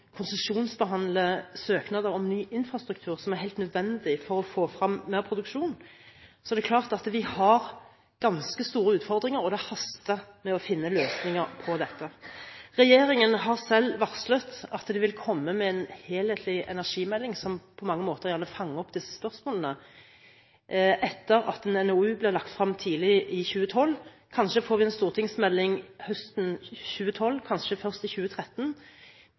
konsesjonsbehandle søknader om ny infrastruktur, som er helt nødvendig for å få frem mer produksjon, er det klart at vi har ganske store utfordringer, og det haster med å finne løsninger på dette. Regjeringen har selv varslet at de vil komme med en helhetlig energimelding som på mange måter vil fange opp disse spørsmålene, etter at en NOU blir lagt frem tidlig i 2012. Kanskje får vi en stortingsmelding høsten 2012, kanskje først i 2013,